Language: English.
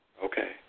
Okay